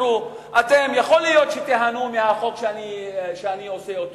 יכול להיות שתיהנו מהחוק שאני עושה,